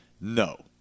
No